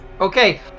Okay